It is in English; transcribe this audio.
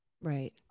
Right